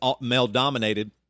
male-dominated